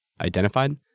identified